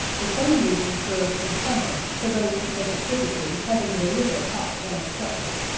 the same reason serves in summer, for those, who take it physically, having the liver hot and obstructed.